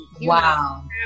Wow